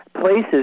places